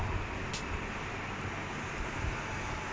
oh my nice sorry